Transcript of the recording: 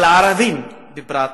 והערבים בפרט,